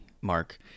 Mark